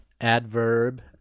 adverb